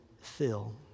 fill